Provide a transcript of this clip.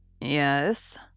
Yes